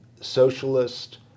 socialist